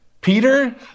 Peter